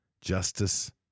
justice